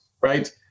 right